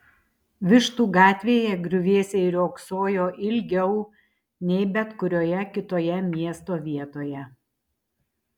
vištų gatvėje griuvėsiai riogsojo ilgiau nei bet kurioje kitoje miesto vietoje